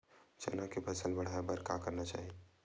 चना के फसल बढ़ाय बर का करना चाही?